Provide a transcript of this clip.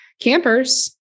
campers